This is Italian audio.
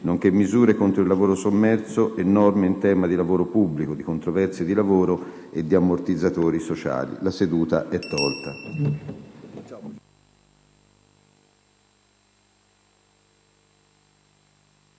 nonché misure contro il lavoro sommerso e norme in tema di lavoro pubblico, di controversie di lavoro e di ammortizzatori sociali" (1167) Derivante